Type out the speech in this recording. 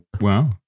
Wow